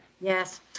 Yes